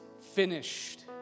finished